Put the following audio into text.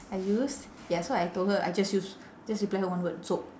I use ya so I told her I just use just reply her one word soap